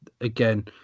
again